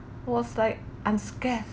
was like unscathed